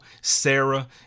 Sarah